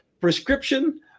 prescription